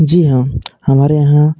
जी हाँ हमारे यहाँ